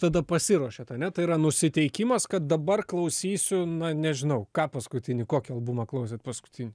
tada pasiruošiat ar ne tai yra nusiteikimas kad dabar klausysiu na nežinau ką paskutinį kokį albumą klausėt paskutinį